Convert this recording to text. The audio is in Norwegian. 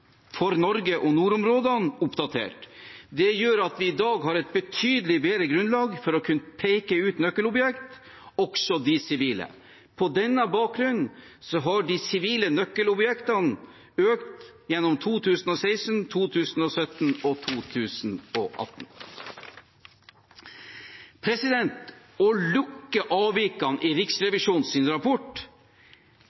for Norge og nordområdene oppdatert. Det gjør at vi i dag har et betydelig bedre grunnlag for å kunne peke ut nøkkelobjekter, også de sivile. På denne bakgrunn har de sivile nøkkelobjektene økt gjennom 2016, 2017 og 2018. Å lukke avvikene i